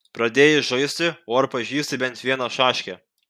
pradėjai žaisti o ar pažįsti bent vieną šaškę